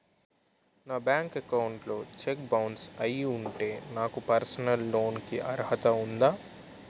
నా bank account లో cheque bounce అయ్యి ఉంటే నాకు పర్సనల్ లోన్ కీ అర్హత ఉందా?